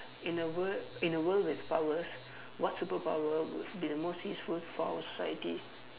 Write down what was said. in a wor~ in a world with powers what superpower would be the most useful for our scienti~